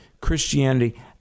Christianity